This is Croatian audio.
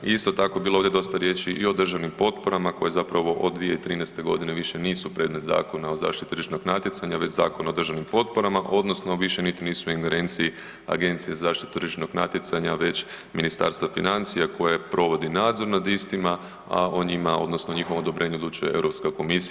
Isto tako bilo je ovdje dosta riječi i o državnim potporama koje zapravo od 2013. godine više nisu predmet Zakona o zaštiti tržišnog natjecanja, već Zakona o državnim potporama odnosno više niti nisu u ingerenciji Agencije za zaštitu tržišnog natjecanja već Ministarstva financija koje provodi nadzor nad istima, a o njima odnosno njihovom odobrenju odlučuje Europska komisija.